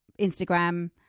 Instagram